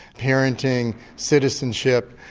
parenting, citizenship.